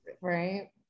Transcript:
right